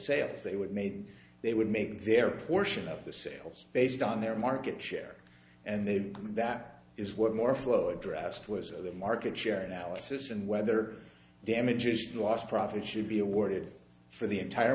sales they would make they would make their portion of the sales based on their market share and then that is what moore flow addressed was their market share analysis and whether damages lost profits should be awarded for the entire